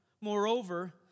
Moreover